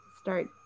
start